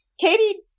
Katie